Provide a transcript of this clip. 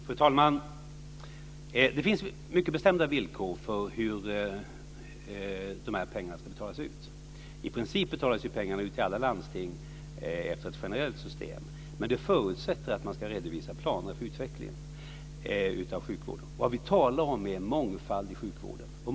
Fru talman! Det finns mycket bestämda villkor för hur de här pengarna ska betalas ut. I princip betalas de ut till alla landsting efter ett generellt system. Men det förutsätter att man ska redovisa planer för utvecklingen av sjukvården. Vad vi talar om är mångfald i sjukvården.